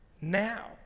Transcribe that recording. Now